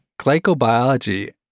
glycobiology